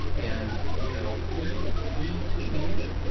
and you know he he took me in,